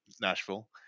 Nashville